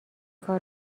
کار